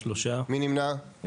3 נמנעים,